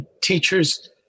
teachers